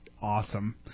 awesome